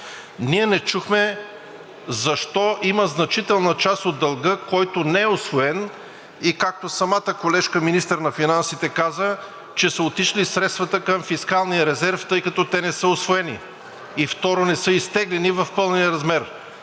ние не чухме защо има значителна част от дълга, който не е усвоен, и както самата колежка – министър на финансите, каза, че са отишли средствата към фискалния резерв, тъй като те не са усвоени, и второ, не са изтеглени в пълния размер.